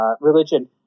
religion